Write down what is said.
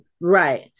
Right